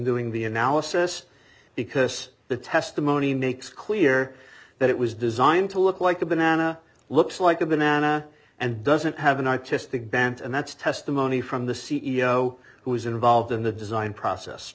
doing the analysis because the testimony makes clear that it was designed to look like a banana looks like a banana and doesn't have an artistic bent and that's testimony from the c e o who is involved in the design process